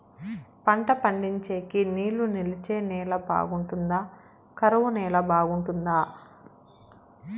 పంట పండించేకి నీళ్లు నిలిచే నేల బాగుంటుందా? కరువు నేల బాగుంటుందా?